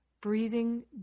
breathing